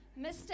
Mr